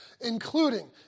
including